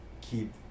keep